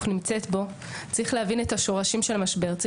נמצאת בו צריך להבין את השורשים של המשבר,